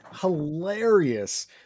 hilarious